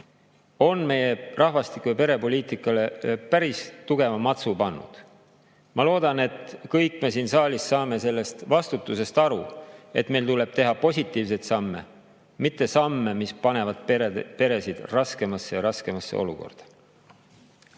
on meie rahvastiku‑ ja perepoliitikale päris tugeva matsu pannud. Ma loodan, et kõik me siin saalis saame aru sellest vastutusest, et meil tuleb teha positiivseid samme, mitte samme, mis panevad peresid aina raskemasse ja raskemasse olukorda.